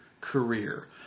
career